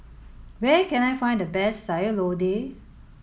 where can I find the best Sayur Lodeh